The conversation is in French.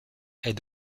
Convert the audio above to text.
est